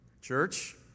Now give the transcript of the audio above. Church